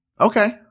Okay